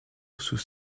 sus